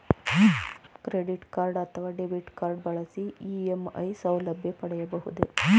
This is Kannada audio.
ಕ್ರೆಡಿಟ್ ಕಾರ್ಡ್ ಅಥವಾ ಡೆಬಿಟ್ ಕಾರ್ಡ್ ಬಳಸಿ ಇ.ಎಂ.ಐ ಸೌಲಭ್ಯ ಪಡೆಯಬಹುದೇ?